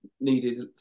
needed